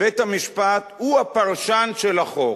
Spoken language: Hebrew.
שבית-המשפט הוא הפרשן של החוק.